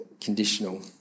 conditional